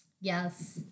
Yes